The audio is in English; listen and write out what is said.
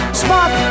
spot